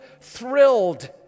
thrilled